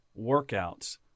workouts